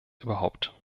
überhaupt